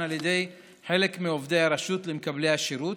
על ידי חלק מעובדי הרשות למקבלי השירות,